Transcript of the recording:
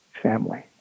family